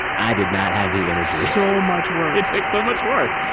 i did not have the energy so much work it takes so much work.